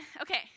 okay